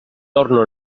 torno